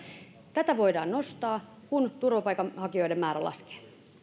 määrää voidaan nostaa kun turvapaikanhakijoiden määrä laskee